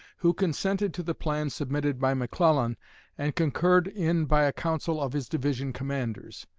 who consented to the plan submitted by mcclellan and concurred in by a council of his division commanders,